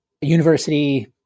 university